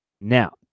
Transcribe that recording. now